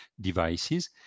devices